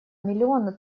миллиона